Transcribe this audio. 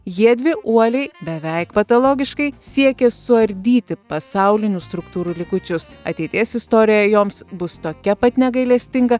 jiedvi uoliai beveik patologiškai siekė suardyti pasaulinių struktūrų likučius ateities istorija joms bus tokia pat negailestinga